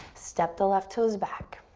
step the left toes back.